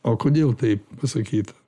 o kodėl taip pasakyta